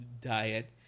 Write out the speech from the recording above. diet